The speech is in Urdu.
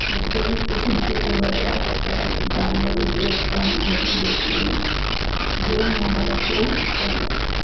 مختلف قسم کے نباتات اور جانوروں کے اقسام موجود ہوتی ہیں جو ماحول کو تن